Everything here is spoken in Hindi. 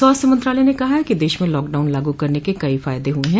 स्वास्थ्य मंत्रालय ने कहा है कि देश में लॉकडाउन लागू करने के कई फायदे हुए हैं